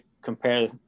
compare